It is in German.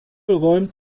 räumt